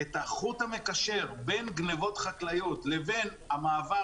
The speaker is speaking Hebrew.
את החוט המקשר בין גניבות חקלאיות לבין המעבר